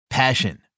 Passion